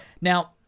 Now